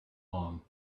long